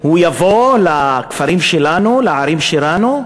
שהוא יבוא לכפרים שלנו, לערים שלנו,